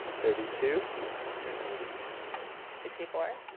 thirty two and sixty four?